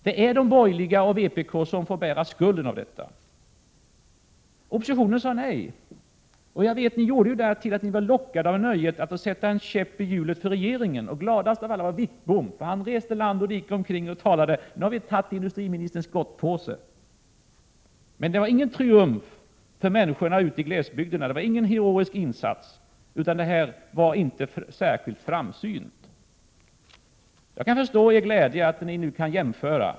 Det är de borgerliga partierna och vpk som får bära skulden för detta. Oppositionen sade nej. Ni gjorde det därför att ni var lockade av nöjet att få sätta en käppi hjulet för regeringen. Gladast av alla var Bengt Wittbom. Han reste land och rike runt och talade om att man nu hade tagit industriministerns gottpåse. Det var emellertid ingen triumf för människorna ute i glesbygderna. Det var ingen heroisk insats. Det var inte särskilt framsynt. Jag kan förstå er glädje över att ni nu kan jämföra.